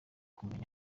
kumenya